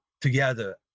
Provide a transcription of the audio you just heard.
together